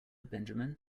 benjamin